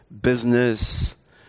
business